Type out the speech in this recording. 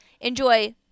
Enjoy